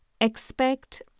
Expect